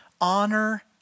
honor